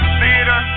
theater